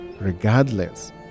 Regardless